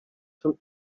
zum